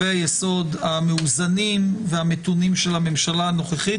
בהתאם לקווי היסוד המאוזנים והמתונים של הממשלה הנוכחית.